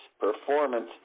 performance